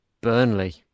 Burnley